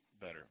better